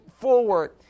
forward